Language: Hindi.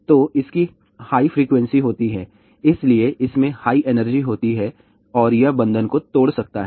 तो इसकी हाई फ्रीक्वेंसी होती है इसलिए इसमें हाई एनर्जी होती है और यह बंधन को तोड़ सकता है